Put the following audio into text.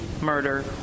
murder